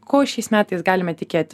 ko šiais metais galime tikėtis